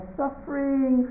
suffering